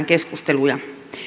keskusteluja